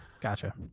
Gotcha